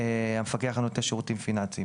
מהמפקח על נותני שירותים פיננסיים.